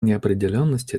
неопределенности